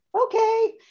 okay